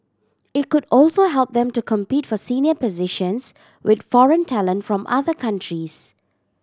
it could also help them to compete for senior positions with foreign talent from other countries